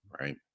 right